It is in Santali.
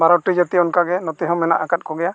ᱵᱟᱨᱚᱴᱤ ᱡᱟᱛᱤ ᱚᱱᱠᱟᱜᱮ ᱱᱚᱛᱮᱦᱚᱸ ᱢᱮᱱᱟᱜ ᱟᱠᱟᱫ ᱠᱚᱜᱮᱭᱟ